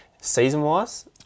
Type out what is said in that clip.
season-wise